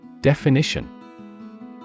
Definition